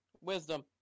Wisdom